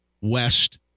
West